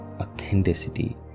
authenticity